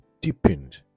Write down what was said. deepened